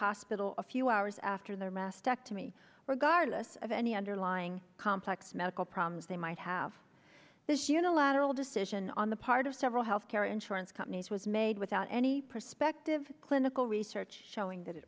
hospital a few hours after their mastectomy regardless of any underlying complex medical problems they might have this unilateral decision on the part of several health care insurance companies was made without any prospective clinical research showing that it